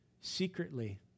secretly